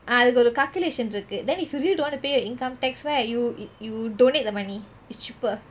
ah அதுக்கு ஒரு:athuku oru calculation இருக்கு:irukku then if you really don't want to pay your income tax right you you donate the money is cheaper